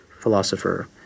philosopher